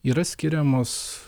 yra skiriamos